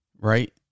right